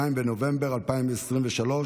2 בנובמבר 2023,